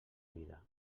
vida